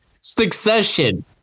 Succession